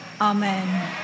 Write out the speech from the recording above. Amen